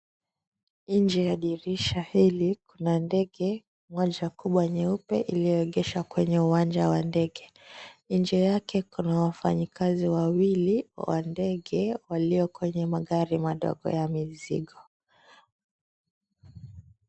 Nje ya dirisha hili, kuna ndege moja kubwa nyeupe iliyoegeshwa kwenye uwanja wa ndege. Nje yake kuna wafanyakazi wawili wa ndege walio kwenye magari madogo ya mizigo.